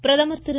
பிரதமர் திரு